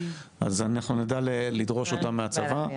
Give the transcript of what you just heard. אז אנחנו נדע לדרוש אותם מהצבא.